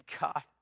God